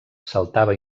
saltava